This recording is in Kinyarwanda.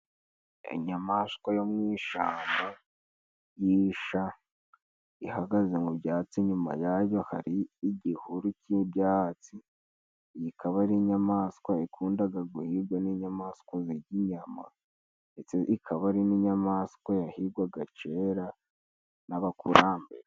Inyamaswa yo mu ishyamba, yihisha ihagaze mu byatsi, nyuma yayo hari igihuru cy'ibyatsi, iyi ikaba ari inyamaswa ikunda guhigwa n'inyamaswa zirya inyama, ndetse ikaba ari n'inyamaswa yahigwaga kera n'abakurambere.